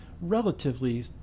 relatively